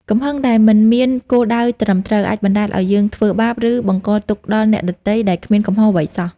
កំហឹងដែលមិនមានគោលដៅត្រឹមត្រូវ អាចបណ្ដាលឲ្យយើងធ្វើបាប ឬបង្កទុក្ខដល់អ្នកដទៃដែលគ្មានកំហុសអ្វីសោះ។